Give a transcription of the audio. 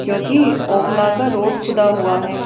کیوںکہ اوکھلا کا روڈ کھدا ہوا ہے